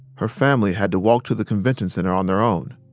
her family had to walk to the convention center on their own.